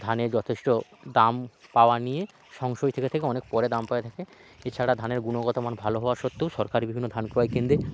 ধানে যথেষ্ট দাম পাওয়া নিয়ে সংশয় থেকে থাকে অনেক পরে দাম পাওয়া থাকে এছাড়া ধানের গুণগত মান ভালো হওয়া সত্ত্বেও সরকারি বিভিন্ন ধান ক্রয় কেন্দ্রে